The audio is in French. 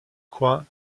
coin